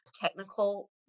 technical